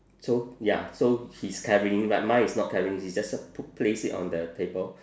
so ya so he's carrying like mine is not carrying he just put place it on the table